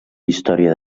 història